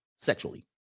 Sexually